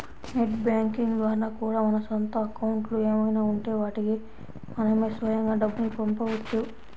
net banking ద్వారా కూడా మన సొంత అకౌంట్లు ఏమైనా ఉంటే వాటికి మనమే స్వయంగా డబ్బుని పంపవచ్చు